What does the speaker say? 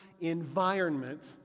environment